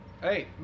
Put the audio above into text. Hey